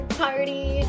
party